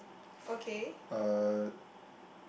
uh